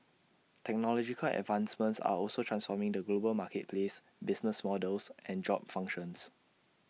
technological advancements are also transforming the global marketplace business models and job functions